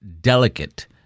delicate